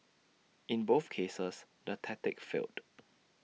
in both cases the tactic failed